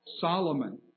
Solomon